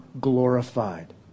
glorified